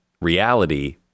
reality